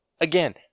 again